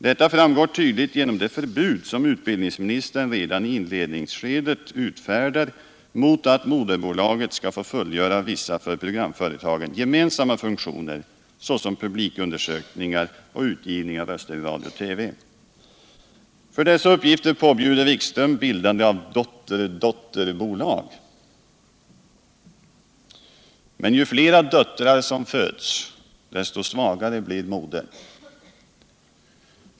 Detta framgår tydligt genom det förbud som utbildningsministern redan i inledningsskedet utfärdar mot att moderbolaget skall få fullgöra vissa för programföretagen gemensamma funktioner såsom publikundersökningar och utgivning av Röster i Radio-TV. För dessa uppgifter påbjuder Jan-Erik Wikström bildande av dotter-dotterbolag. Men ju fler döttrar som föds, desto svagare blir modern.